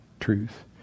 truth